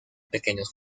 pequeños